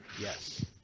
yes